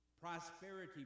prosperity